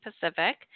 Pacific